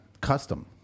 custom